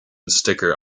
sticker